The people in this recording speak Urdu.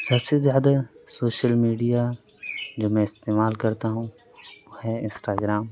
سب سے زیادہ سوشل میڈیا جو میں استعمال کرتا ہوں وہ ہے انسٹاگرام